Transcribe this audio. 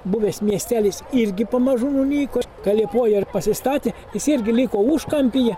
buvęs miestelis irgi pamažu nunyko kai liepoja ir pasistatė jis irgi liko užkampyje